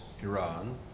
Iran